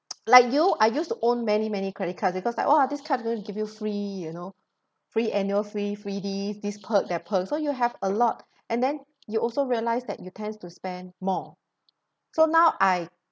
like you I used to own many many credit cards it because like !wah! this card give you free you know free annual fee free gift this perk that perk so you have a lot and then you also realise that you tends to spend more so now I